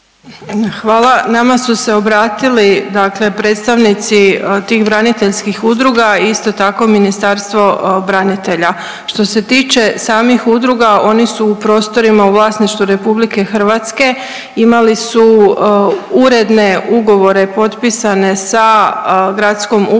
Hvala. Nama su se obratili dakle predstavnici tih braniteljskih udruga, a isto tako Ministarstvo branitelja. Što se tiče samih udruga oni su u prostorima u vlasništvu RH, imali su uredne ugovore potpisane sa gradskom upravom